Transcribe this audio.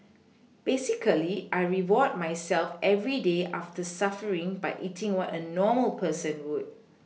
basically I reward myself every day after suffering by eating what a normal person would